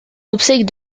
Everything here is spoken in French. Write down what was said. obsèques